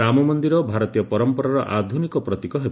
ରାମମନ୍ଦିର ଭାରତୀୟ ପରମ୍ମରାର ଆଧୁନିକ ପ୍ରତୀକ ହେବ